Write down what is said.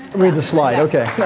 read the slide. okay.